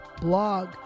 blog